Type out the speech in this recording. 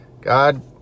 God